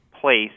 place